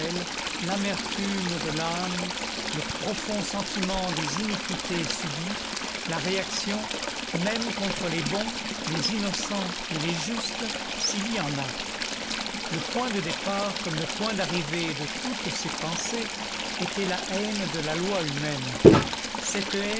l'amertume de l'âme le profond sentiment des iniquités subies la réaction même contre les bons les innocents et les justes s'il y en a le point de départ comme le point d'arrivée de toutes ses pensées était la haine de la loi humaine cette